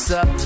up